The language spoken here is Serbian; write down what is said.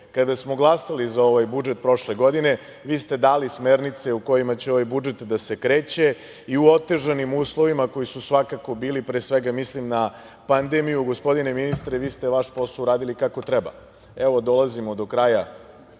Kada smo glasali za ovaj budžet prošle godine vi ste dali smernice u kojima će ovaj budžet da se kreće i u otežanim uslovima koji su svakako b ili, pre svega mislim na pandemiju, gospodine ministre, vi ste vaš posao uradili kako treba. Evo, dolazimo do kraja